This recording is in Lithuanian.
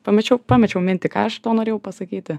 pamečiau pamečiau mintį ką aš norėjau pasakyti